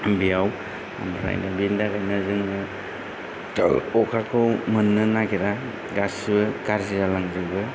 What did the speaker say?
बेयाव आमफ्रायनो बेनि थाखायनो जोङो दा अखाखौ मोननो नागिरा गासिबो गाज्रि जालांजोबो